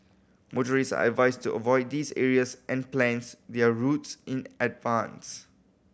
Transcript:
motorist are advised to avoid these areas and plana their routes in advance